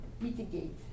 mitigate